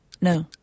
No